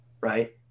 Right